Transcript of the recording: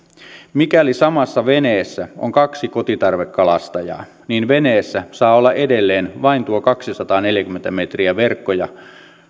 mikäli samassa veneessä on kaksi kotitarvekalastajaa niin veneessä saa olla edelleen vain tuo kaksisataaneljäkymmentä metriä verkkoja